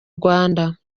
rwanda